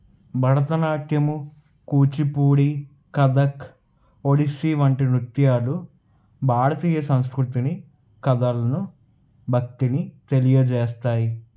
భరత నాట్యము కూచిపూడి కథక్ ఒడిస్సీ వంటి నృత్యాలు భారతీయ సంస్కృతిని కథలను భక్తిని తెలియజేస్తాయి